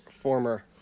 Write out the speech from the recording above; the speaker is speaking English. Former